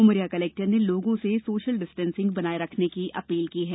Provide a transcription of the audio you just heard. Umaria collector ने लोगों से सोशल डिस्टेंसिंग बनाये रखने की अपील की है